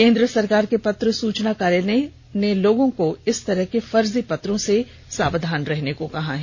केन्द्र सरकार के पत्र सूचना कार्यालय ने लोगों को इस तरह के फर्जी पत्रों से सावधान रहने को कहा है